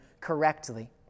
correctly